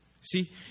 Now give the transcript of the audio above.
See